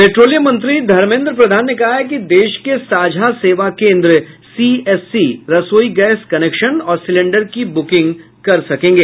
petroleum मंत्री धर्मेंद्र प्रधान ने कहा है कि देश के साझा सेवा केंद्र सीएससी रसोई गैस कनेक्शन और सिलेंडर की बुकिंग कर सकेंगे